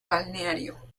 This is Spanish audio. balneario